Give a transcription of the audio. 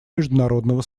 международного